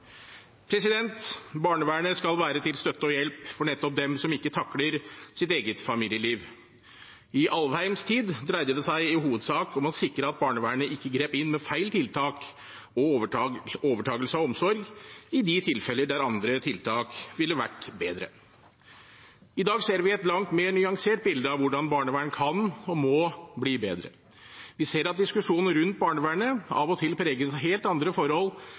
Barnevernet skal være til støtte og hjelp for nettopp dem som ikke takler sitt eget familieliv. I Alvheims tid dreide det seg i hovedsak om å sikre at barnevernet ikke grep inn med feil tiltak og overtakelse av omsorg i de tilfeller der andre tiltak ville vært bedre. I dag ser vi et langt mer nyansert bilde av hvordan barnevernet kan – og må – bli bedre. Vi ser at diskusjonen rundt barnevernet av og til preges av helt andre forhold